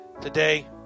today